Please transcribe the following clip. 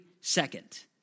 second